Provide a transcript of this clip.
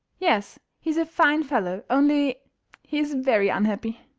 yes, he is a fine fellow, only he is very unhappy.